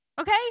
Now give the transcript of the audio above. Okay